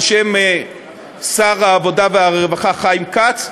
בשם שר העבודה והרווחה חיים כץ,